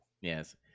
Yes